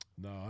No